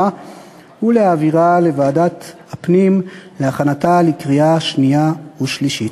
ולהעבירה לוועדת הפנים להכנתה לקריאה שנייה ושלישית.